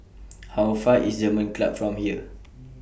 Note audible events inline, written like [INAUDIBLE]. [NOISE] How Far away IS German Club from here